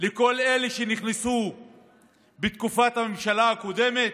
לכל אלה שנכנסו בתקופת הממשלה הקודמת,